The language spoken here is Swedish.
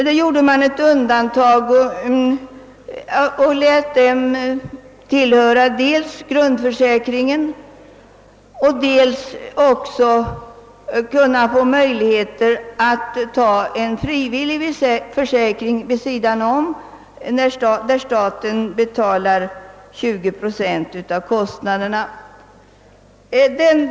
Dels kom dessa att tillhöra grundförsäkringen, dels fick de möjligheter att ta en frivillig försäkring, för vilken staten betalade 20 procent av kostnaderna.